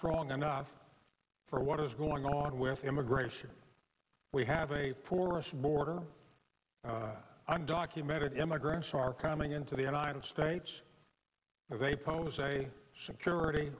strong enough for what is going on with immigration we have a forest border i'm documented immigrants are coming into the united states they pose a security